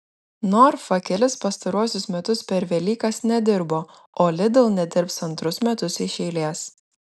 norfa kelis pastaruosius metus per velykas nedirbo o lidl nedirbs antrus metus iš eilės